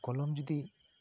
ᱠᱚᱞᱚᱢ ᱡᱩᱫᱤ